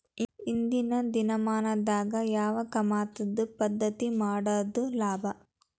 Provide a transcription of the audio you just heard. ಇಂದಿನ ದಿನಮಾನದಾಗ ಯಾವ ಕಮತದ ಪದ್ಧತಿ ಮಾಡುದ ಲಾಭ?